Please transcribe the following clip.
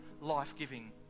life-giving